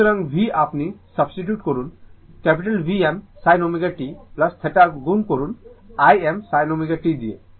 সুতরাং v আপনি substitute করুন Vm sin ω t θ গুণ Im sin ω t দিয়ে